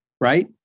right